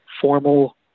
formal